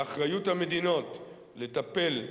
באחריות המדינות לטפל,